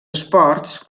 esports